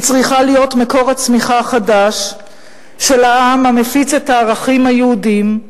היא צריכה להיות מקור הצמיחה החדש של העם המפיץ את הערכים היהודיים,